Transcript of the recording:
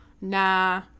nah